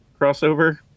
crossover